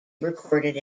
recorded